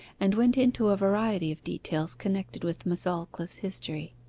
and went into a variety of details connected with miss aldclyffe's history.